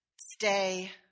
stay